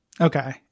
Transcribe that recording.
Okay